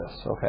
okay